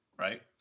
right